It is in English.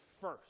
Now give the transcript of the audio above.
first